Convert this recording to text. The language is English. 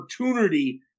opportunity